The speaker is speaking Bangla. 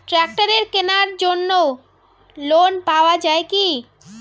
ট্রাক্টরের কেনার জন্য লোন পাওয়া যায় কি?